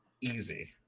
Easy